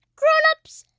grownups,